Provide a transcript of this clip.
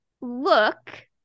look